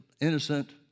innocent